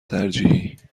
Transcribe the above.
ترجیحی